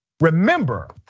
Remember